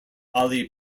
ali